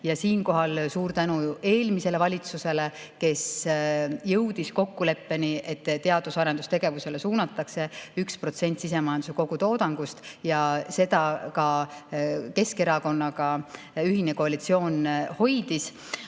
Ja siinkohal suur tänu eelmisele valitsusele, kes jõudis kokkuleppeni, et teadus- ja arendustegevusele suunatakse 1% sisemajanduse kogutoodangust, ja seda ka Keskerakonnaga ühine koalitsioon hoidis. Aga